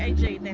ah jail